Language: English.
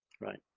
Right